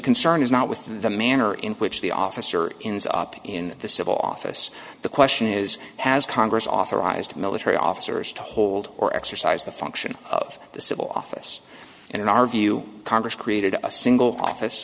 concern is not with the manner in which the officer in the civil office the question is has congress authorized military officers to hold or exercise the function of the civil office and in our view congress created a single office